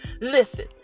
Listen